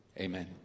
Amen